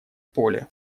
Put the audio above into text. поле